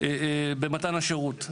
במתן השירות.